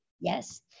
Yes